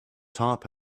top